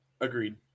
Agreed